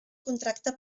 contracte